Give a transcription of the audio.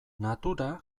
natura